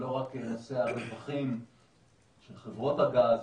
שלא רק נושא הרווחים של חברות הגז,